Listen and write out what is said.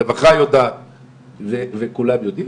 הרווחה יודעת וכולם יודעים,